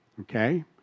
Okay